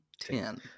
Ten